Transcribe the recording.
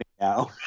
now